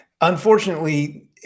Unfortunately